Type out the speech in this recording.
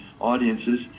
audiences